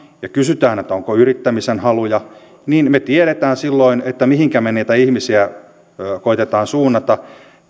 ja kysymme onko yrittämisen haluja niin me tiedämme silloin mihinkä me niitä ihmisiä koetamme suunnata